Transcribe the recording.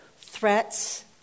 threats